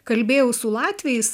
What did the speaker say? kalbėjau su latviais